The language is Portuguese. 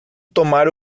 tomar